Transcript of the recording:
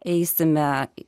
eisime į